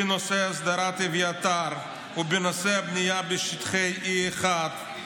בנושא הסדרת אביתר ובנושא הבנייה בשטחי E1,